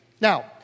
Now